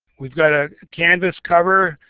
we've got a canvas cover.